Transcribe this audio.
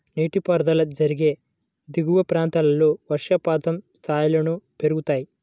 నీటిపారుదల జరిగే దిగువ ప్రాంతాల్లో వర్షపాతం స్థాయిలను పెరుగుతాయి